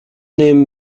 name